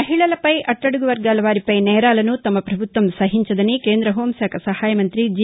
మహిళలు అట్టడుగు వర్గాల వారిపై నేరాలను తమ పభుత్వం సహించదని కేంద హోంశాఖ సహాయ మంతి జి